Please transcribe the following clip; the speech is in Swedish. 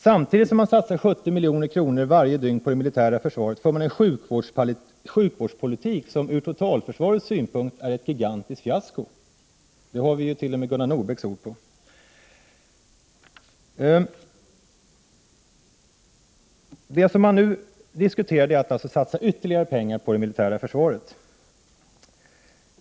Samtidigt som man varje dygn satsar 70 milj.kr. på det militära försvaret 37 för man en sjukvårdspolitik, som från totalförsvarssynpunkt är ett gigantiskt fiasko. Det har vi t.o.m. Gunnar Nordbecks ord på. Det som man nu diskuterar är en ytterligare satsning av pengar på det militära försvaret.